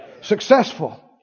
Successful